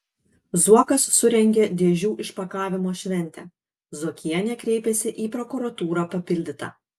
zuokas surengė dėžių išpakavimo šventę zuokienė kreipėsi į prokuratūrą papildyta